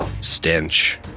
stench